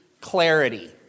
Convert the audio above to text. clarity